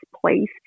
place